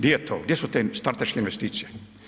Di je to, gdje su te strateške investicije?